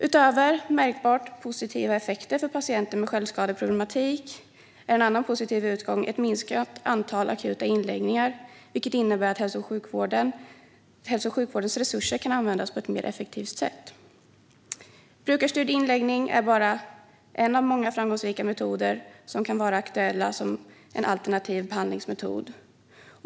Utöver märkbart positiva effekter för patienter med självskadeproblematik är en positiv utgång ett minskat antal akuta inläggningar, vilket innebär att hälso och sjukvårdens resurser kan användas på ett mer effektivt sätt. Brukarstyrd inläggning är bara en av många framgångsrika metoder som kan vara aktuella som alternativ behandlingsmetod.